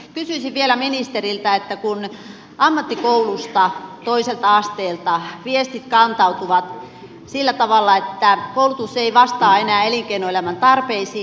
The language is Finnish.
kysyisin vielä ministeriltä kun ammattikoulusta toiselta asteelta viestit kantautuvat sillä tavalla että koulutus ei vastaa enää elinkeinoelämän tarpeisiin